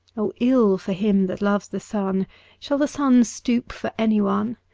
o ill for him that loves the sun shall the sun stoop for anyone?